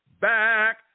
Back